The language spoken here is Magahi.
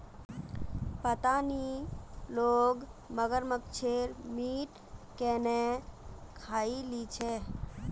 पता नी लोग मगरमच्छेर मीट केन न खइ ली छेक